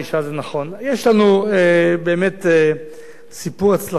יש לנו באמת סיפור הצלחה יוצא דופן.